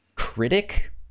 critic